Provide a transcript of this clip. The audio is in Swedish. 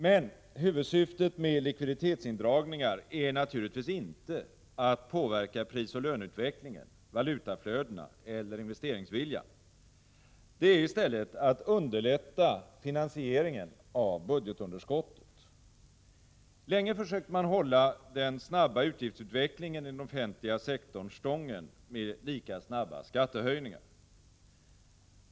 Men huvudsyftet med likviditetsindragningarna är naturligtvis inte att påverka prisoch löneutvecklingen, valutaflödena eller investeringsviljan. Det är i stället att underlätta finansieringen av budgetunderskottet. Länge försökte man hålla den snabba utgiftsutvecklingen i den offentliga sektorn stången genom lika snabba skattehöjningar.